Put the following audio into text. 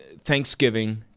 Thanksgiving